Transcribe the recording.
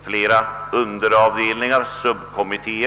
ett flertal underavdelningar, subkommittéer.